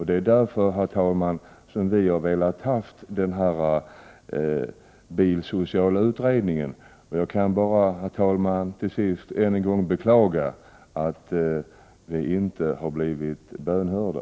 Det är därför som vi har velat ha en bilsocial utredning. Jag kan till sist, herr talman, bara än en gång beklaga att vi inte har blivit bönhörda.